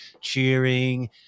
cheering